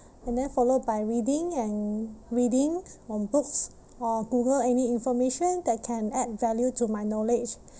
and then followed by reading and reading on books or google any information that can add value to my knowledge